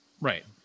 Right